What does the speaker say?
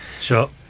Sure